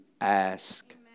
ask